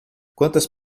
quantas